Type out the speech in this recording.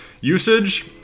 Usage